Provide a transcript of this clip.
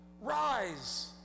Rise